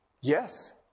Yes